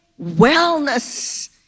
wellness